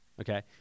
Okay